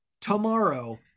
tomorrow